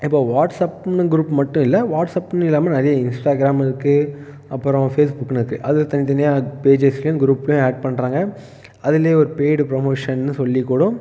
இப்போது வாட்ஸ்சப்னு குரூப் மட்டும் இல்லை வாட்ஸ்சப்னு இல்லாமல் நிறைய இன்ஸ்டாகிராம் இருக்குது அப்புறம் ஃபேஸ்புக்குன்னு இருக்குது அதில் தனி தனியாக பேஜஸ்லேயும் குரூப்லேயும் ஆட் பண்ணுறாங்க அதுலேயும் ஒரு பெய்ட் ப்ரோமோஷன்னு சொல்லிக்கூட